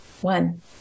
One